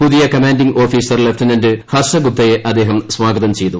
പുതിയ commanding officer lieutenant ഹർഷഗുപ്തയെ അദ്ദേഹം സ്വാഗതം ചെയ്തു